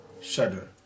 shudder